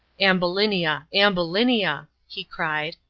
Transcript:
ambulinia, ambulinia! he cried,